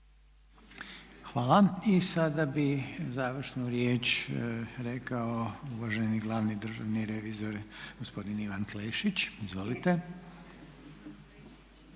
Hvala. I sada bi završnu riječ rekao uvaženi glavni državni revizor gospodin Ivan Klešić, izvolite.